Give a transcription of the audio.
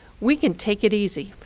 we can take it easy.